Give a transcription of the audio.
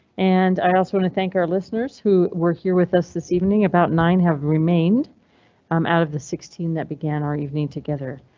and i also want to thank our listeners who were here with us this evening, about nine have remained um out of the sixteen that began our evening together.